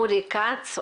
אורי כץ,